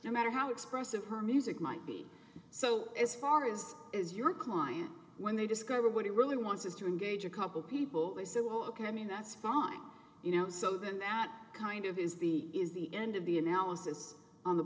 no matter how expressive her music might be so as far as is your client when they discover what he really wants is to engage a couple people they say well ok i mean that's fine you know so then that kind of is the is the end of the analysis on the